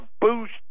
boost